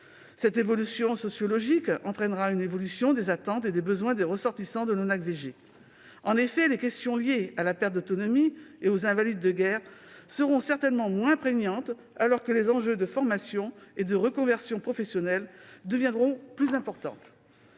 Cette évolution sociologique entraînera une évolution des attentes et des besoins des ressortissants de l'ONACVG. En effet, les questions liées à la perte d'autonomie et aux invalides de guerre seront certainement moins prégnantes, alors que les enjeux de formation et de reconversion professionnelle deviendront plus importants.